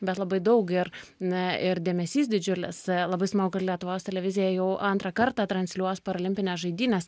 bet labai daug ir na ir dėmesys didžiulis labai smagu kad lietuvos televizija jau antrą kartą transliuos parolimpines žaidynes